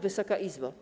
Wysoka Izbo!